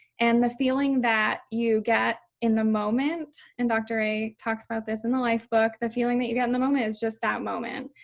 and the feeling that you get in the moment and dr. a talks about this and the lifebook, the feeling that you got in the moment is just that moment.